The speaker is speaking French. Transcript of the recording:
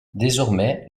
désormais